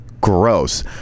gross